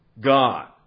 God